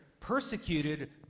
persecuted